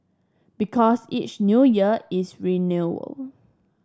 because each New Year is renewal